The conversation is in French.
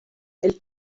elle